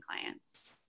clients